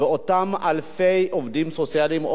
ואותם אלפי עובדים סוציאליים,